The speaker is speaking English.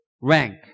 rank